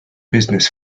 business